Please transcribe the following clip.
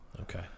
Okay